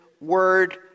word